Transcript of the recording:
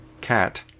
cat